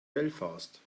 belfast